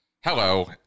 Hello